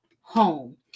home